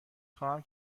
خواهم